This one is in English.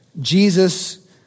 Jesus